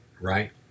right